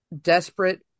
desperate